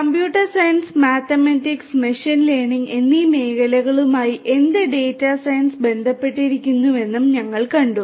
computer science mathematics machine learning എന്നീ മേഖലകളുമായി എന്ത് ഡാറ്റ സയൻസസ് ബന്ധപ്പെട്ടിരിക്കുന്നുവെന്നും ഞങ്ങൾ കണ്ടു